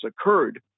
occurred